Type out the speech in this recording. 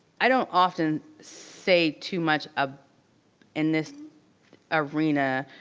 i don't often say too much, ah in this arena,